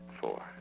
Four